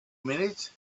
minute